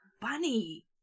Bunny